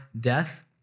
death